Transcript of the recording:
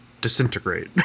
disintegrate